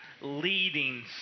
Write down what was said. leading